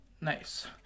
Nice